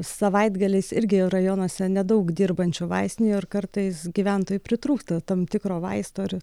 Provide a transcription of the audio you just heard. savaitgaliais irgi rajonuose nedaug dirbančių vaistinių ir kartais gyventojai pritrūksta tam tikro vaisto ir